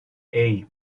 hey